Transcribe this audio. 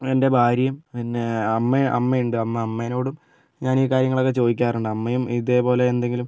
എൻ്റെ ഭാര്യയും പിന്നെ അമ്മയും അമ്മയുണ്ട് അമ്മ അമ്മയോടും ഞാൻ ഈ കാര്യങ്ങളൊക്കെ ചോദിക്കാറുണ്ട് അമ്മയും ഇതേപോലെ എന്തെങ്കിലും